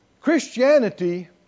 Christianity